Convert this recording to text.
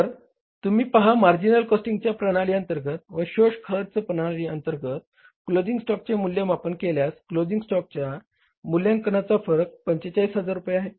तर तुम्ही पहा मार्जिनल कॉस्टिंगच्या प्रणाली अंतर्गत व शोष खर्च प्रणाली अंतर्गत क्लोजिंग स्टॉकचे मूल्यमापन केल्यास क्लोजिंग स्टॉकच्या मूल्यांकनाचा फरक 45000 रुपये आहे